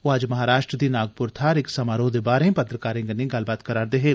ओ अज्ज महाराष्ट्र दी नागप्र थाहर इक समारोह दे बाहरें पत्रकारें कन्नें गल्ल करा 'रदे हे